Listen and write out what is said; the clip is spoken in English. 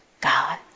God